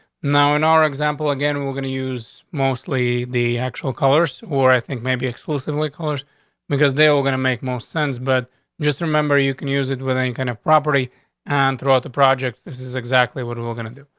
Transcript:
now, in our example again, we're going to use mostly the actual colors or i think, maybe exclusively colors because they were gonna make most sense. but just remember, you can use it with any kind of property on and throughout the projects. this is exactly what we're gonna do.